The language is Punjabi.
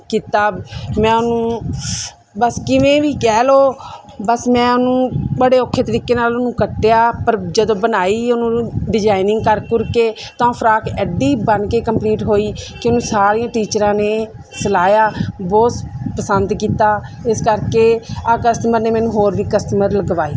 ਕੀਤਾ ਮੈਂ ਉਹਨੂੰ ਬਸ ਕਿਵੇਂ ਵੀ ਕਹਿ ਲਓ ਬਸ ਮੈਂ ਉਹਨੂੰ ਬੜੇ ਔਖੇ ਤਰੀਕੇ ਨਾਲ ਉਹਨੂੰ ਕੱਟਿਆ ਪਰ ਜਦੋਂ ਬਣਾਈ ਉਹਨੂੰ ਡਿਜ਼ਾਈਨਿੰਗ ਕਰ ਕੁਰ ਕੇ ਤਾਂ ਫਰਾਕ ਐਡੀ ਬਣ ਕੇ ਕੰਪਲੀਟ ਹੋਈ ਕਿ ਉਹਨੂੰ ਸਾਰੀਆਂ ਟੀਚਰਾਂ ਨੇ ਸਲਾਹਿਆ ਬਹੁਤ ਸ ਪਸੰਦ ਕੀਤਾ ਇਸ ਕਰਕੇ ਆਹ ਕਸਟਮਰ ਨੇ ਮੈਨੂੰ ਹੋਰ ਵੀ ਕਸਟਮਰ ਲਗਵਾਏ